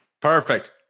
Perfect